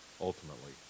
ultimately